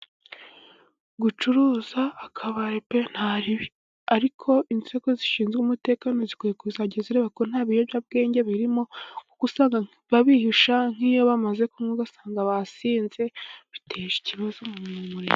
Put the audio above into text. Gucuruza akabare pe! ntari ariko inzego zishinzwe umutekano, zikwiye kuzajya zireba ko nta biyobyabwenge birimo, kuko usanga ba bihisha nk' iyo bamaze kunywa, ugasanga basinze biteza ikibazo mu murenge.